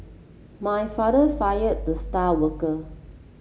my father fired the star worker